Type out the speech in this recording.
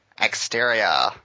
Exterior